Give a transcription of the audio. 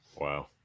Wow